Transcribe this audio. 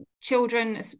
Children